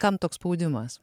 kam toks spaudimas